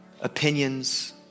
opinions